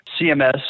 CMS